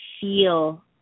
feel